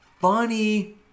funny